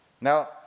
Now